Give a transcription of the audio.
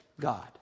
God